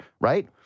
Right